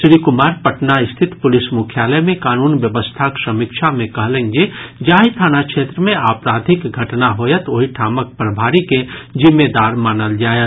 श्री कुमार पटना स्थित पुलिस मुख्यालय मे कानून व्यवस्थाक समीक्षा मे कहलनि जे जाहि थाना क्षेत्र मे आपराधिक घटना होयत ओहि ठामक प्रभारी के जिम्मेदार मानल जायत